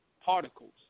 particles